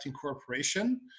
Corporation